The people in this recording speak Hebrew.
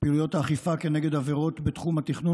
פעילויות האכיפה כנגד עבירות בתחום התכנון